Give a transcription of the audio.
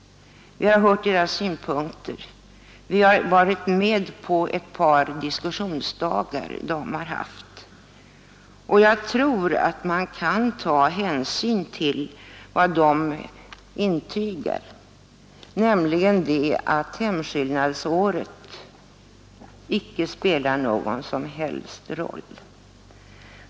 Vi har tagit del av deras synpunkter och varit med på ett par diskussionsdagar som de haft. Och jag tror att man kan ta hänsyn till vad de säger, nämligen att hemskillnadsåret inte spelar någon som helst roll.